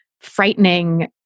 frightening